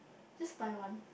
just buy one